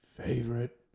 favorite